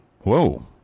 Whoa